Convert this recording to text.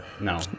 no